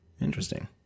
Interesting